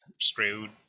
screwed